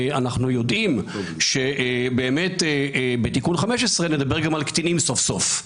אנחנו יודעים שבאמת בתיקון 15 נדבר גם על קטינים סוף סוף,